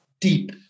deep